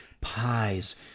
Pies